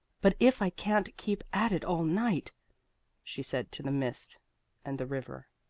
but if i can't keep at it all night she said to the mist and the river.